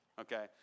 Okay